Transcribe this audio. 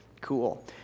Cool